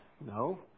No